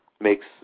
makes